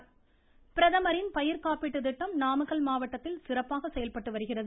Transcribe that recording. Namakkal voice பிரதமரின் பயிர்க்காப்பீட்டு திட்டம் நாமக்கல் மாவட்டத்தில் சிறப்பாக செயல்பட்டு வருகிறது